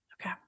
okay